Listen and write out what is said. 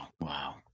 Wow